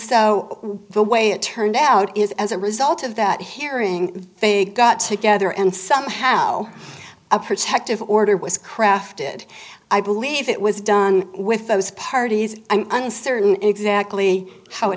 so the way it turned out is as a result of that hearing they got together and somehow a protective order was crafted i believe it was done with those parties i'm uncertain exactly how it